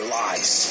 lies